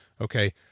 Okay